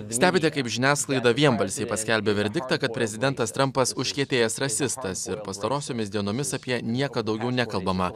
stebite kaip žiniasklaida vienbalsiai paskelbia verdiktą kad prezidentas trampas užkietėjęs rasistas ir pastarosiomis dienomis apie nieką daugiau nekalbama